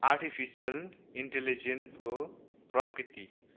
artificial इन्टेलिजेन्सको प्रकृति